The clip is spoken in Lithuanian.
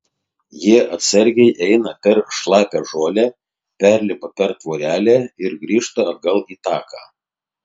jie atsargiai eina per šlapią žolę perlipa per tvorelę ir grįžta atgal į taką